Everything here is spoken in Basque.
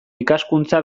ikaskuntza